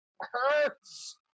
hurts